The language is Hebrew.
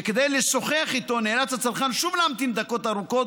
שכדי לשוחח איתו נאלץ הצרכן שוב להמתין דקות ארוכות,